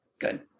Good